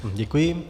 Děkuji.